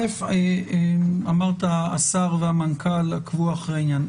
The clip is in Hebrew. אמרת שהשר והמנכ"ל עקבו אחרי העניין.